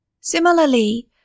Similarly